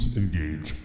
engage